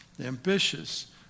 ambitious